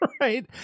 right